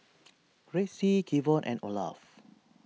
Ressie Kevon and Olaf